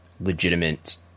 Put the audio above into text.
legitimate